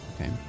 Okay